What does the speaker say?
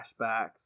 flashbacks